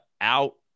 out